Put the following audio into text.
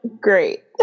great